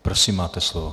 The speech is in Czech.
Prosím, máte slovo.